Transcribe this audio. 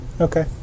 Okay